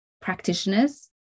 practitioners